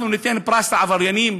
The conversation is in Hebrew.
אנחנו ניתן פרס לעבריינים?